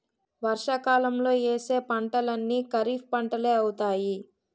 వర్షాకాలంలో యేసే పంటలన్నీ ఖరీఫ్పంటలే అవుతాయి